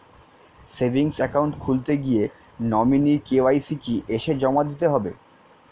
Savings account খুলতে গিয়ে nominee KYC কি এসে জমা দিতে হবে?